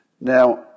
Now